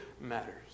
matters